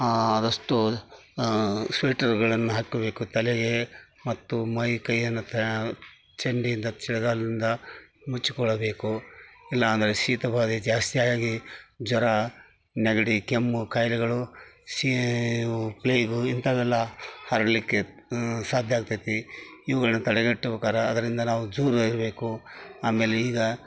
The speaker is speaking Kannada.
ಆದಷ್ಟು ಸ್ವೆಟರ್ಗಳನ್ನ ಹಾಕ್ಕೊಬೇಕು ತಲೆಗೆ ಮತ್ತು ಮೈ ಕೈಯನ್ನು ತ್ಯ ಚಂಡಿಯಿಂದ ಚಳಿಗಾಲದಿಂದ ಮುಚ್ಕೊಳ್ಬೇಕು ಇಲ್ಲಾಂದರೆ ಶೀತ ಬಾಧೆ ಜಾಸ್ತಿಯಾಗಿ ಜ್ವರ ನೆಗಡಿ ಕೆಮ್ಮು ಕಾಯಿಲೆಗಳು ಶೀ ಪ್ಲೇಗು ಇಂಥವೆಲ್ಲ ಹರಡಲಿಕ್ಕೆ ಸಾಧ್ಯ ಆಗ್ತೈತಿ ಇವುಗಳನ್ನ ತಡೆಗಟ್ಬೇಕಾದರೆ ಅದರಿಂದ ನಾವು ದೂರ ಇರಬೇಕು ಆಮೇಲೆ ಈಗ